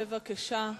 בבקשה.